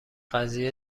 قضیه